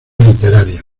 literaria